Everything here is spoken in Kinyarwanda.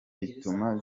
bituma